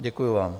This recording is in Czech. Děkuju vám.